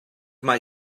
mae